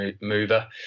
mover